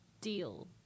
deal